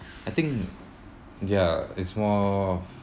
I think ya it's more